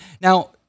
Now